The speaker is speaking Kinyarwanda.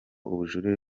ubujurire